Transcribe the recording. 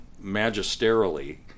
magisterially